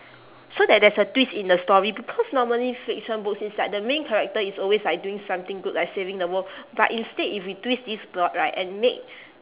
so that there's a twist in the story because normally fiction books is like the main character is always like doing something good like saving the world but instead if we twist this plot right and make